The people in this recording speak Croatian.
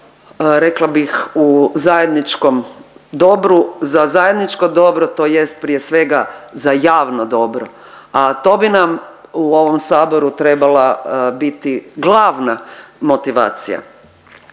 rekla bih u zajedničkom dobru, za zajedničko dobro tj. prije svega za javno dobro, a to bi nam u ovom saboru trebala biti glavna motivacija.